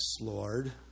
Lord